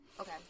Okay